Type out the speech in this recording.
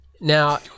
Now